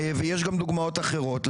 ויש גם דוגמאות אחרות.